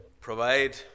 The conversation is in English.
Provide